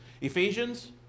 Ephesians